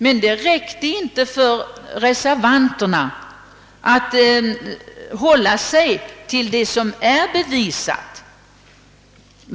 Men det räckte inte för reservanterna att hålla sig till vad som är bevisat.